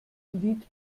lied